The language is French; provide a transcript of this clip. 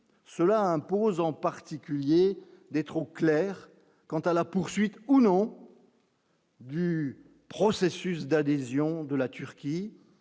cela impose en particulier des trop clair quant à la poursuite ou non. Du processus d'adhésion de la Turquie,